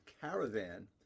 caravan